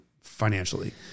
financially